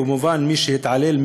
כמובן למי שהתעלל,